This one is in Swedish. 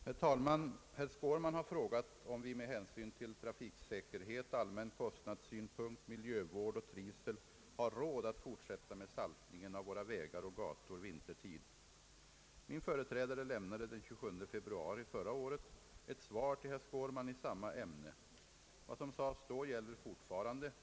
Herr talman! Herr Skårman har frågat om vi med hänsyn till trafiksäkerhet, allmän kostnadssynpunkt, miljövård och trivsel har råd att fortsätta med saltningen av våra vägar och gator vintertid. Min företrädare lämnade den 27 februari förra året ett svar till herr Skårman i samma ämne. Vad som sades då gäller fortfarande.